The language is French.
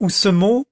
où ce mot